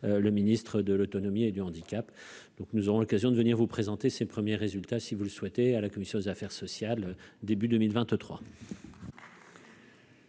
le ministre de l'autonomie et du handicap, donc nous aurons l'occasion de venir vous présenter ses premiers résultats, si vous le souhaitez, à la commission des affaires sociales, début 2023.